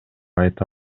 айта